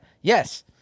yes